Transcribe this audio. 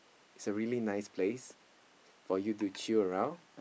it's a really nice place for you to chill around